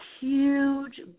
huge